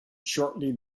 shortly